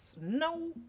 No